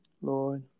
Lord